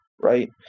Right